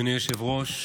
אדוני היושב-ראש,